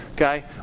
Okay